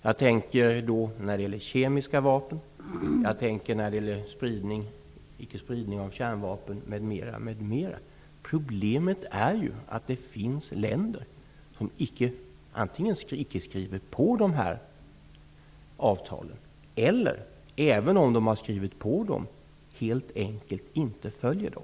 Jag tänker då på de kemiska vapnen, på icke-spridningen av kärnvapen m.m. Problemet är ju att det finns länder som antingen icke skriver på de här avtalen eller också, även om de har skrivit på avtalen, helt enkelt inte följer dem.